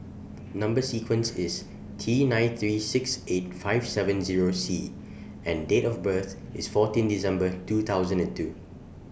Number sequence IS T nine three six eight five seven Zero C and Date of birth IS fourteen December two thousand and two